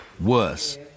Worse